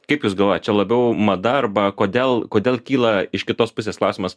kaip jūs galvojat čia labiau mada arba kodėl kodėl kyla iš kitos pusės klausimas